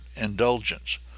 indulgence